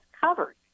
covered